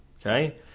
Okay